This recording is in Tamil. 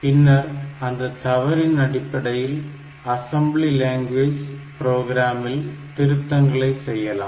பின்னர் அந்தத் தவறின் அடிப்படையில் அசெம்பிளி லேங்குவேஜ் புரோகிராமில் திருத்தங்களை செய்யலாம்